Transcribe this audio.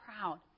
proud